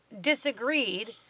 disagreed